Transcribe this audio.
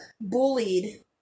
bullied